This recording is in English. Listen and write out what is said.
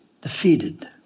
Defeated